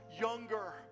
younger